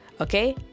okay